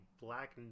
black